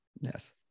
Yes